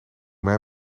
mij